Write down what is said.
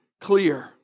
clear